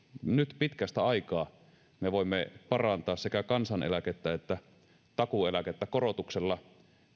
nyt pitkästä aikaa me voimme parantaa sekä kansaneläkettä että takuueläkettä korotuksella